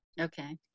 Okay